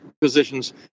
positions